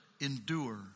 endure